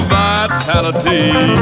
vitality